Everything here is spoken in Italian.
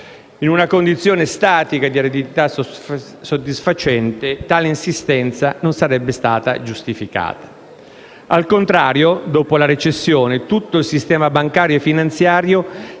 In una condizione statica di eredità soddisfacente, tale insistenza non sarebbe stata giustificata. Al contrario, dopo la recessione, tutto il sistema bancario e finanziario